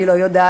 אני לא יודעת,